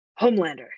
Homelander